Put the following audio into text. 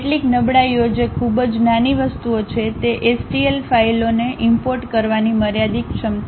કેટલીક નબળાઈઓ જે ખૂબ જ નાની વસ્તુઓ છે તે STL ફાઇલોને ઈમ્પોર્ટ કરવાની મર્યાદિત ક્ષમતા છે